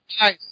Nice